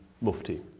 mufti